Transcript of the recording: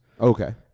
Okay